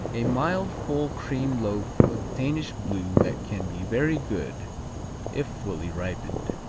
a mild, full cream loaf of danish blue that can be very good if fully ripened.